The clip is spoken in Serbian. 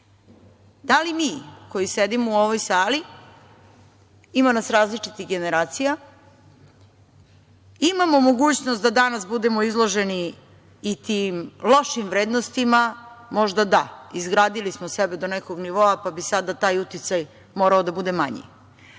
Da li mi koji sedimo u ovoj sali, ima nas različitih generacija, imamo mogućnost da danas budemo izloženi i tim lošim vrednostima? Možda da. Izgradili smo sebe do nekog nivoa pa bi sada taj uticaj morao da bude manji. Ali,